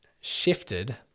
shifted